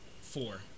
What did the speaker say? four